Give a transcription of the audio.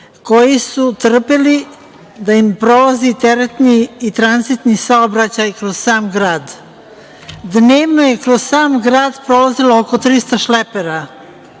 koji su trpeli da im prolazi teretni i tranzitni saobraćaj kroz sam grad. Dnevno je kroz sam grad prolazilo oko 300 šlepera